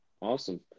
Awesome